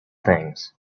things